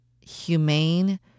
humane